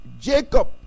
Jacob